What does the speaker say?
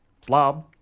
Slob